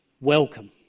Welcome